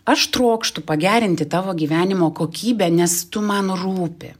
aš trokštu pagerinti tavo gyvenimo kokybę nes tu man rūpi